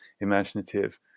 imaginative